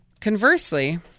conversely